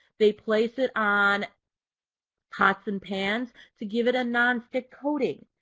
they place it on pots and pans to give it a nonstick coating.